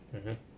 mmhmm